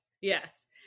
Yes